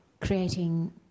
creating